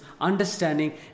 understanding